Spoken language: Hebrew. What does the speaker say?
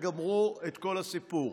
וגמרו את כל הסיפור.